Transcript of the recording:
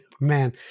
man